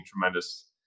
tremendous